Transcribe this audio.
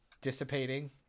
dissipating